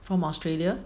from Australia